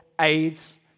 AIDS